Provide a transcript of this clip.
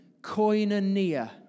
Koinonia